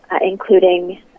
including